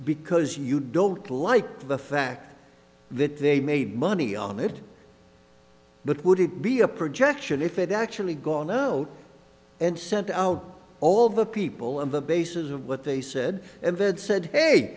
because you don't like the fact that they made money on it but would it be a projection if it actually gone out and sent out all of the people on the basis of what they said and said hey